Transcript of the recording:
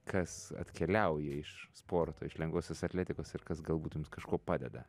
kas atkeliauja iš sporto iš lengvosios atletikos ir kas galbūt jums kažkuo padeda